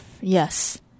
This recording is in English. Yes